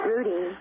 Rudy